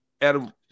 Adam